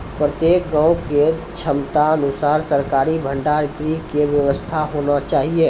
प्रत्येक गाँव के क्षमता अनुसार सरकारी भंडार गृह के व्यवस्था होना चाहिए?